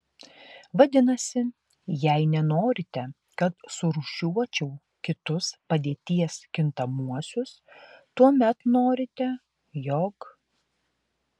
vadinasi jei nenorite kad surūšiuočiau kitus padėties kintamuosius tuomet norite jog